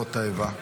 פעולות האיבה?